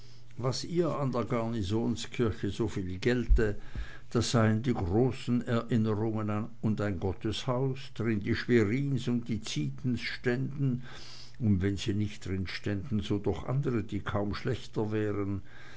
was ihr an der garnisonkirche soviel gelte das seien die großen erinnerungen und ein gotteshaus drin die schwerins und die zietens ständen und wenn sie nicht drin ständen so doch andre die kaum schlechter wären